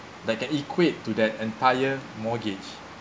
that can equate to that entire mortgage